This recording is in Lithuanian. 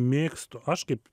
mėgstu aš kaip